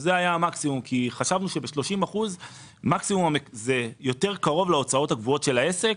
זה היה המקסימום כי חשבנו שב-30% זה קרוב יותר להוצאות הקבועות של העסק